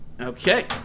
Okay